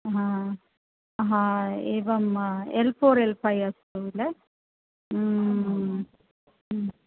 हा हा एवं एल् फ़ोर् एल् फ़ै अस्तु किल